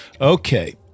Okay